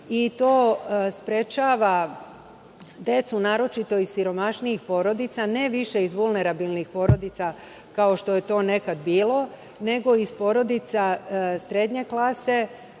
i to sprečava decu, naročito iz najsiromašnijih porodica, ne više iz vulnerabilnih porodica kao što je to nekada bilo, nego iz porodica srednje klase,